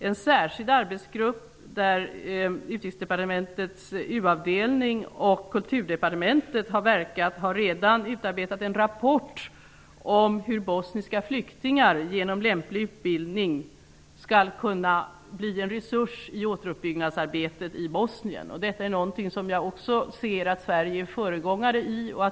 En särskild arbetsgrupp där Utrikesdepartementets u-avdelning och Kulturdepartementet har verkat har redan utarbetat en rapport om hur bosniska flyktingar genom lämplig utbildning skall kunna bli en resurs i återuppbyggnadsarbetet i Bosnien. Detta är någonting som jag också ser att Sverige är ett föregångsland i.